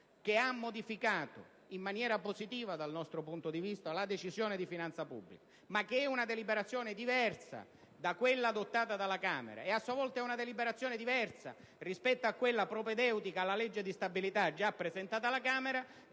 che ha modificato - in maniera positiva, dal nostro punto di vista - la Decisione di finanza pubblica, ma che è una deliberazione diversa da quella adottata dalla Camera, e a sua volta è una deliberazione diversa da quella propedeutica alla legge di stabilità già presentata alla Camera.